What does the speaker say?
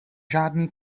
žádný